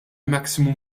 maximum